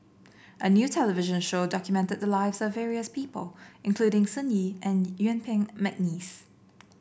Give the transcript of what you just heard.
a new television show documented the lives of various people including Sun Yee and Yuen Peng McNeice